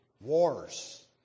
wars